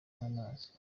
nk’amazi